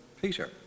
Peter